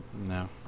No